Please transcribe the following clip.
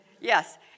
Yes